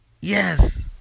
Yes